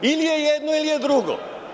Ili je jedno, ili je drugo.